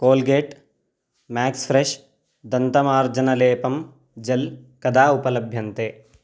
Colgate MaxFresh दन्तमार्जनलेपं gel कदा उपलभ्यते